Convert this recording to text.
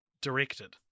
directed